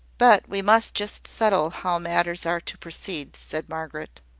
but we must just settle how matters are to proceed, said margaret.